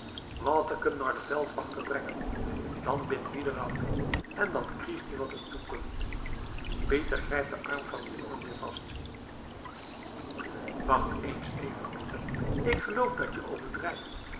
em noar den veldwachter brengen dan bint wie der af en dan kriegt ie wat em toekumt pieter grijpt den arm van den jongen weer vast wacht eens even pieter ik geloof dat je overdrijft